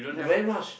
very rush